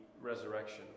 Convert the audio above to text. resurrection